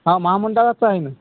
हां महामंडळाचं आहे न